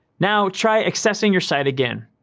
now try accessing your site again.